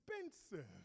expensive